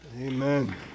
amen